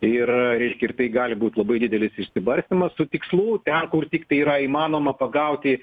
ir reiškia ir tai gali būt labai didelis išsibarstymas su tikslu ten kur tiktai yra įmanoma pagauti